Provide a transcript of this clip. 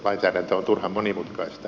lainsäädäntö on turhan monimutkaista